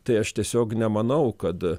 tai aš tiesiog nemanau kad